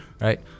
right